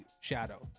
Shadow